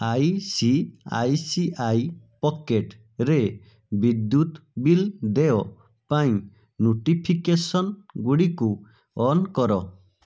I C I C I pocket ରେ ବିଦ୍ୟୁତ୍ bill ଦେୟପାଇଁ ନୋଟିଫିକେସନ୍ଗୁଡ଼ିକୁ ଅନ୍ କର